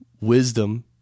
wisdom